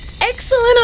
Excellent